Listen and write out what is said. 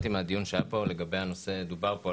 מהדיון שהיה כאן לא הבנתי לגבי הנושא.